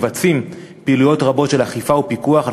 מבצעים פעילויות רבות של אכיפה ופיקוח על